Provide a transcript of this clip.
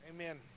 amen